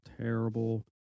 terrible